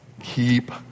Keep